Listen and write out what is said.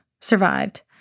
survived